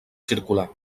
circular